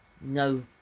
no